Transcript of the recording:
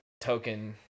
token